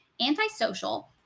antisocial